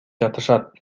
жатышат